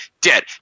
Dead